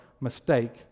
mistake